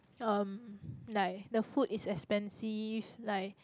um like the food is expensive like